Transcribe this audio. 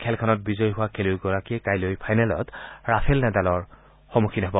খেলখনত জয়ী হোৱা খেলুৱৈগৰাকীয়ে কাইলৈ ফাইনেলত ৰাফেল নাদালৰ সন্মুখীন হব